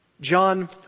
John